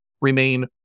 remain